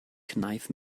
kneif